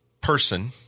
person